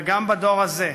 וגם בדור הזה,